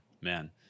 man